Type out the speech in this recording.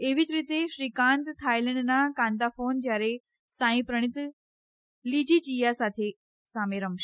એવી જ રીતે શ્રીકાન્ત થાઈલેન્ડના કાન્તાફોન જ્યારે સાંઇ પ્રણીત લીજી જીયા સામે રમશે